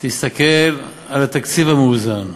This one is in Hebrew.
תסתכל על התקציב המאוזן,